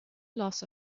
loss